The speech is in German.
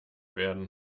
werden